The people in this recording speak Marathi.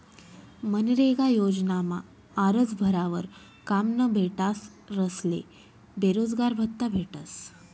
मनरेगा योजनामा आरजं भरावर काम न भेटनारस्ले बेरोजगारभत्त्ता भेटस